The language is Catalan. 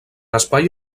espai